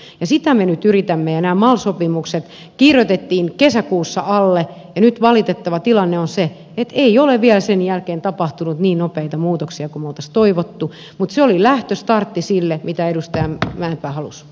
sitä me nyt yritämme ja nämä mal sopimukset allekirjoitettiin kesäkuussa ja nyt valitettava tilanne on se että ei ole vielä sen jälkeen tapahtunut niin nopeita muutoksia kuin me olisimme toivoneet mutta se oli lähtöstartti sille mitä edustajan lähettää alus